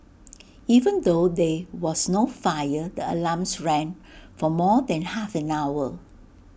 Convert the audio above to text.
even though there was no fire the alarms rang for more than half an hour